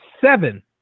seven